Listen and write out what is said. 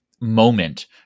moment